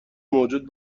موجود